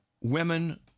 women